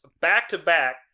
back-to-back